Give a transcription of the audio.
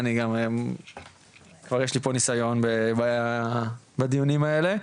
כי אני ככה כבר יש לי פה ניסיון בדיונים האלה,